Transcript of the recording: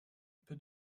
peu